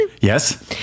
Yes